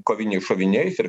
koviniais šoviniais ir